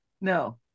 No